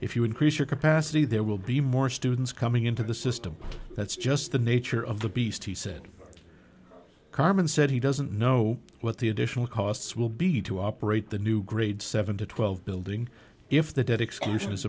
if you increase your capacity there will be more students coming into the system that's just the nature of the beast he said carman said he doesn't know what the additional costs will be to operate the new grade seven dollars to twelve dollars building if the debt exclus